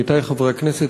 עמיתי חברי הכנסת,